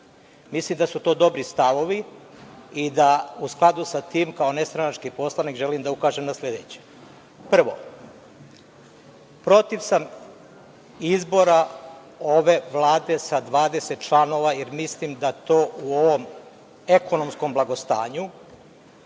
Mislim da su to dobri stavovi i da u skladu sa tim kao nestranački poslanik želim da ukažem na sledeće. Prvo, protiv sam izbora ove Vlade sa 20 članova jer mislim da to u ovom ekonomskom blagostanju,